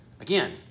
again